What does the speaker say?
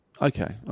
Okay